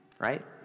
right